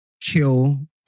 Kill